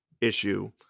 issue